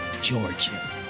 Georgia